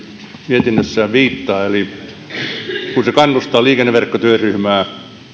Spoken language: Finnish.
mietinnössään viittaa kun se kannustaa liikenneverkkotyöryhmää